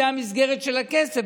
זו המסגרת של הכסף,